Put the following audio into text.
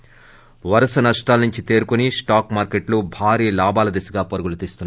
ి వరుస నష్టాల నుంచి తేరుకుని స్లాక్ మార్కెట్లు భారీ లాభాల దిశగా పరుగులు తీస్తున్నాయి